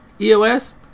EOS